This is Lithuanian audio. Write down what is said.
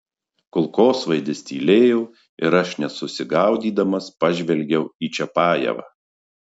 kulkosvaidis tylėjo ir aš nesusigaudydamas pažvelgiau į čiapajevą